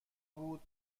بود